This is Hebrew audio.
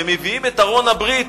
ומביאים את ארון הברית.